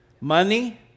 money